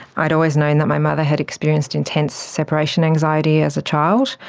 i'd always known that my mother had experienced intense separation anxiety as a child,